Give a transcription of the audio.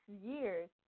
years